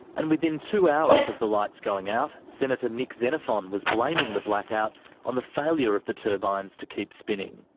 and within two hours of the lights going out, senator nick xenophon was blaming the blackout on the failure of the turbines to keep spinning.